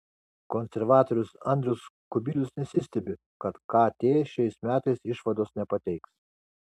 konservatorius andrius kubilius nesistebi kad kt šiais metais išvados nepateiks